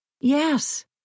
Yes